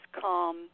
calm